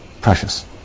Precious